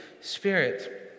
spirit